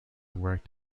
worked